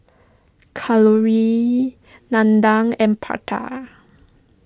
Kalluri Nandan and Pratap